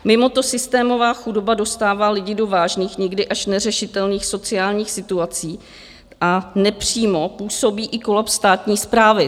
Mimoto systémová chudoba dostává lidi do vážných, někdy až neřešitelných sociálních situací a nepřímo působí i kolaps státní správy.